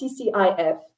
CCIF